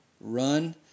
Run